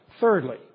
Thirdly